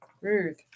Ruth